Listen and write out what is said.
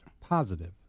positive